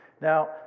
Now